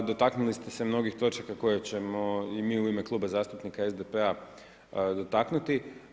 Dotaknuli ste se mnogih točaka koje ćemo i mi u ime Kluba zastupnika SDP-a dotaknuti.